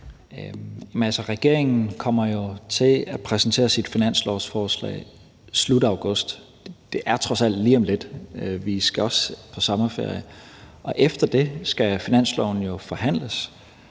regeringen kommer jo til at præsentere sit finanslovsforslag i slut august. Det er trods alt lige om lidt. Vi skal også på sommerferie. Og efter det skal finanslovsforslaget